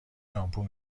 شامپو